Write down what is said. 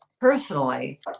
Personally